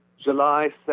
July